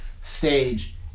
stage